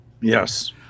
Yes